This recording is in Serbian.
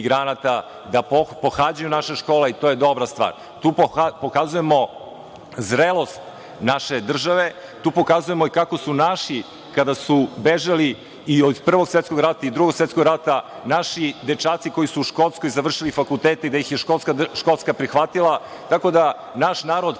da pohađaju naše škole i to je dobra stvar. Tu pokazujemo zrelost naše države, tu pokazujemo kako su naši kad su bežali, i od Prvog svetskog rata i od Drugog svetskog rata, naši dečaci koji su u Škotskoj završili fakultete, da ih je Škotska prihvatila, tako da naš narod pamti